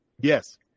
Yes